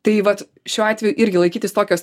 tai vat šiuo atveju irgi laikytis tokios